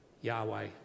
Yahweh